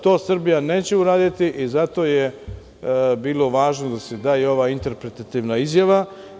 To Srbija neće uraditi i zato je bilo važno da se da i ova interpretativna izjava.